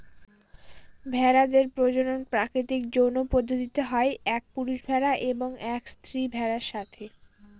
ভেড়াদের প্রজনন প্রাকৃতিক যৌন পদ্ধতিতে হয় এক পুরুষ ভেড়া এবং এক স্ত্রী ভেড়ার সাথে